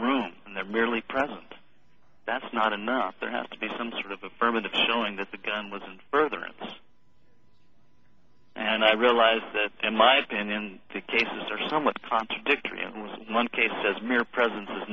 room and they're merely present that's not enough there has to be some sort of affirmative showing that the gun was in furtherance and i realize that in my opinion two cases are somewhat contradictory and one case says mere presence